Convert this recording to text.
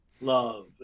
love